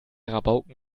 rabauken